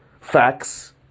facts